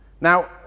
Now